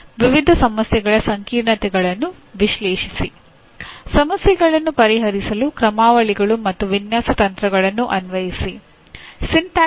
ನಂತರ ನೀವು ಪ್ರಸ್ತುತ ಕಾಳಜಿವಹಿಸುವ ಬೋಧನೆಯನ್ನು ಯೋಜಿಸಲು ಸಹಾಯ ಮಾಡಬಹುದು ಎಂದು ಪರಿಗಣಿಸುವ ಬೋಧನೆಯ ಮಾದರಿಯನ್ನು ಆಯ್ಕೆ ಮಾಡಿ